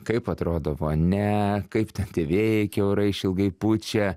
kaip atrodo vonia kaip ten tie vėjai kiaurai išilgai pučia